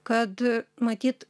kad matyt